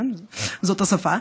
זאת השפה,